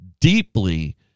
deeply